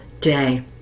day